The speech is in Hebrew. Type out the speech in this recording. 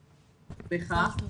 לדרך.